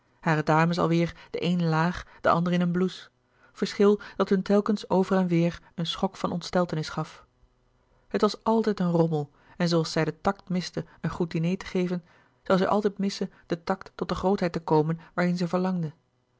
dames alweêr de een laag de andere in een blouse verschil dat hun telkens over louis couperus de boeken der kleine zielen en weêr een schok van ontsteltenis gaf het was altijd een rommel en zooals zij den tact miste een goed diner te geven zoû zij altijd missen den tact tot de grootheid te komen waarheen zij verlangde